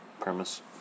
premise